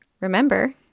remember